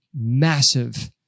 massive